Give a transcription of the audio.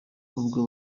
ubwo